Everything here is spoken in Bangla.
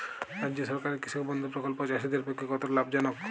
রাজ্য সরকারের কৃষক বন্ধু প্রকল্প চাষীদের পক্ষে কতটা লাভজনক?